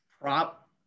Prop